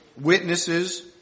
witnesses